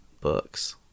Books